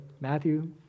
Matthew